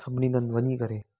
सभिनीनि हंधि वञी करे